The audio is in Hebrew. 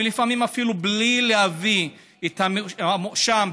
לפעמים אפילו בלי להביא את ה"מואשם",